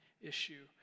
issue